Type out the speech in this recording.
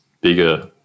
bigger